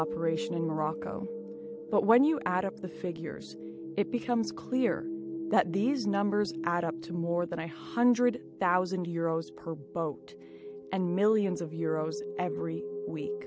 operation in morocco but when you add up the figures it becomes clear that these numbers add up to more than a one hundred thousand euros per boat and millions of euros every week